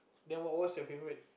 then what what's your favourite